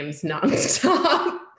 nonstop